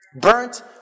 Burnt